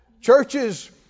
Churches